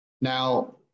Now